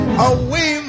away